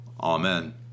amen